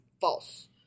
False